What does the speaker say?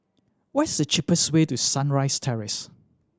what's the cheapest way to Sunrise Terrace